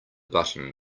button